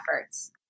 efforts